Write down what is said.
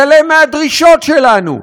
התעלם מהדרישות שלנו,